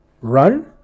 run